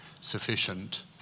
sufficient